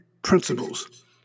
Principles